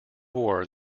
war